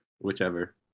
whichever